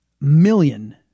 million